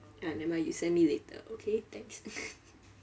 uh nevermind you send me later okay thanks